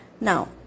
Now